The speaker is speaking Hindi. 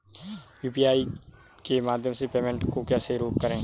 यू.पी.आई के माध्यम से पेमेंट को कैसे करें?